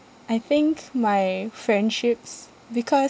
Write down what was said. I think my friendships because